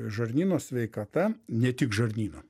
žarnyno sveikata ne tik žarnyno